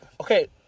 Okay